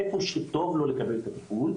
איפה שטוב לו לקבל טיפול,